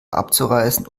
abzureißen